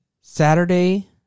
Saturday